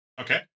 Okay